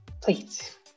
please